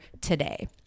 today